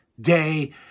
day